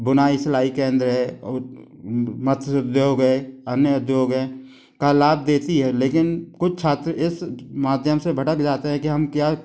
बुनाई सिलाई केंद्र है मत्स उद्योग है अन्य उद्योग हैं का लाभ देती है लेकिन कुछ छात्र इस माध्यम से भटक जाते हैं कि हम क्या